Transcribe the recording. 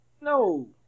No